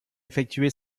effectué